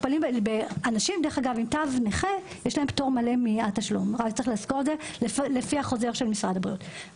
לאנשים עם תו נכה יש פטור מלא מהתשלום לפי חוזר משרד הבריאות,